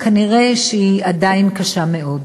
היא כנראה עדיין קשה מאוד.